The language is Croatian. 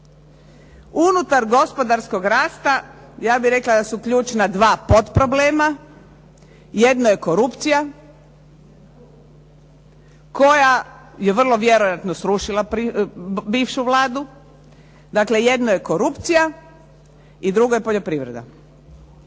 Unutar gospodarskog rasta ja bih rekla da su ključna dva potproblema. Jedno je korupcija koja je vrlo vjerojatno srušila bivšu Vladu. Dakle, jedno je korupcija i drugo je poljoprivreda.